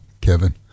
Kevin